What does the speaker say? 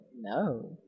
No